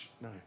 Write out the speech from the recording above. No